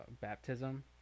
baptism